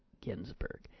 Ginsburg